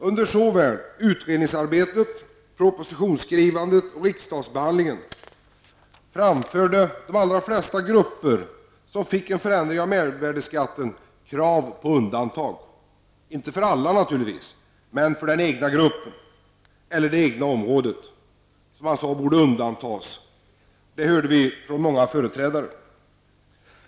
Under såväl utredningsarbetet, propositionsskrivandet som riksdagsbehandlingen framförde de allra flesta grupper som fick en förändring av mervärdeskatten krav på undantag -- inte för alla naturligtvis, men den egna gruppen eller det egna området borde undantas, hörde vi från många företrädare.